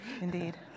Indeed